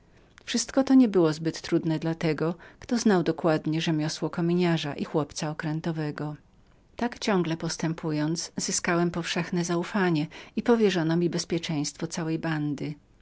wszystko to niebyło zbyt trudnem dla tego kto znał dokładnie rzemiosło kominiarza i chłopca okrętowego tak ciągle postępując zyskałem powszechne zaufanie i powierzono mi bezpieczeństwo całej bandy